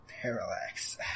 Parallax